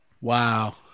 Wow